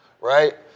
right